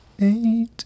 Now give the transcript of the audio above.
eight